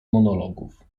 monologów